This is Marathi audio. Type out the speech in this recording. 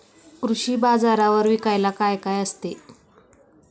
कृषी बाजारावर विकायला काय काय असते?